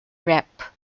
rep